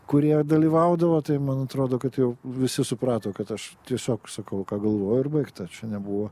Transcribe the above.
kurie dalyvaudavo tai man atrodo kad jau visi suprato kad aš tiesiog sakau ką galvoju ir baigta čia nebuvo